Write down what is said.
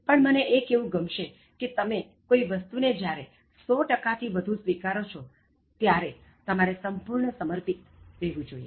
પણ મને એ કહેવું ગમશે કે તમે કોઇ વસ્તુને જ્યારે 100થી વધુ સ્વીકારો છો ત્યારે તમારે સંપૂર્ણ સમર્પિત રહેવું જોઇએ